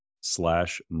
slash